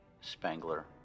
Spangler